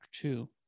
two